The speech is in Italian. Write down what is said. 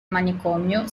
manicomio